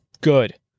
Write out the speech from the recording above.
good